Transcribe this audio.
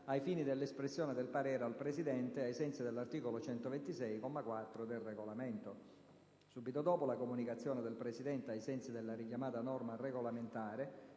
ai fini dell'espressione del parere al Presidente, ai sensi dell'articolo 126, comma 4, del Regolamento. Subito dopo la comunicazione del Presidente, ai sensi della richiamata norma regolamentare,